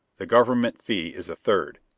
the government fee is a third.